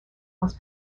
was